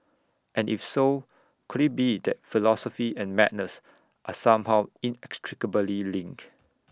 and if so could IT be that philosophy and madness are somehow inextricably linked